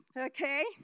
Okay